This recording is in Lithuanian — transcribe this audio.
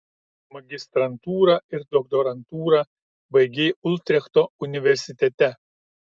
magistrantūrą ir doktorantūrą baigei utrechto universitete